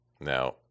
Now